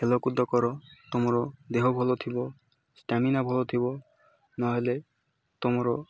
ଖେଲକୁଦ କର ତମର ଦେହ ଭଲ ଥିବ ଷ୍ଟାମିନା ଭଲ ଥିବ ନହେଲେ ତମର